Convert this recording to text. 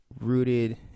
rooted